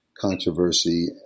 controversy